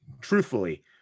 truthfully